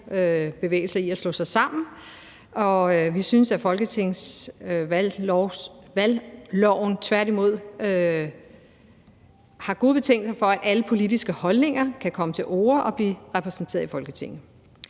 bevægelser i at slå sig sammen, og vi synes, at folketingsvalgloven tværtimod giver gode betingelser for, at alle politiske holdninger kan komme til orde og blive repræsenteret i Folketinget.